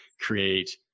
create